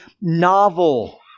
novel